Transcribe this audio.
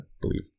believe